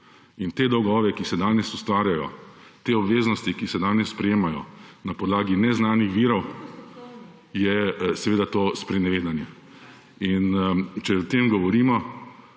In te dolgove, ki se danes ustvarjajo, te obveznosti, ki se danes prejemajo, na podlagi neznanih virov, je seveda to sprenevedanje in če o tem govorimo,